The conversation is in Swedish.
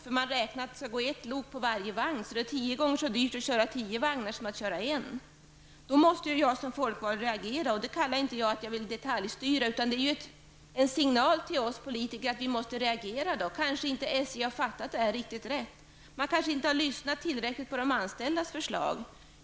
Man räknar nämligen med att det skall gå ett lok på varje vagn så att det blir tio gånger så dyrt att köra tio vagnar som att köra en. Då måste ju jag som folkvald reagera, och det kallar inte jag att detaljstyra, utan det är en signal till oss politiker att vi måste reagera. Kanske inte SJ har fattat detta rätt. Man kanske inte har lyssnat tillräckligt på de anställdas förslag.